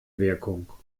wirkung